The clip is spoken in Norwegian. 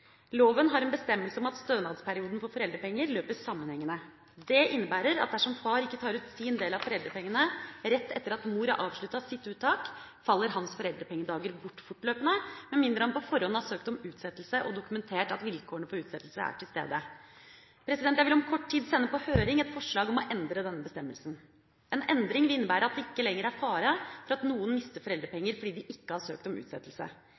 Loven har en bestemmelse om at stønadsperioden for foreldrepenger løper sammenhengende. Det innebærer at dersom far ikke tar ut sin del av foreldrepengene rett etter at mor har avsluttet sitt uttak, faller hans foreldrepengedager bort fortløpende, med mindre han på forhånd har søkt om utsettelse og dokumentert at vilkårene for utsettelse er til stede. Jeg vil om kort tid sende på høring et forslag om å endre denne bestemmelsen. En endring vil innebære at det ikke lenger er fare for at noen mister foreldrepenger fordi de ikke har søkt om utsettelse.